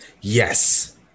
Yes